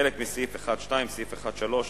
חלק מסעיף 1(2); סעיף 1(3),